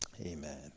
Amen